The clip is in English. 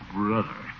brother